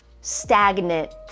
stagnant